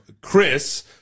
Chris